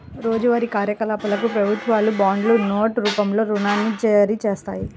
రోజువారీ కార్యకలాపాలకు ప్రభుత్వాలు బాండ్లు, నోట్ రూపంలో రుణాన్ని జారీచేత్తాయి